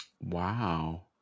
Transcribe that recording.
Wow